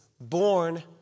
born